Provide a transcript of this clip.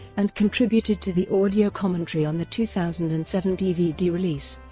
and contributed to the audio commentary on the two thousand and seven dvd release.